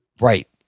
Right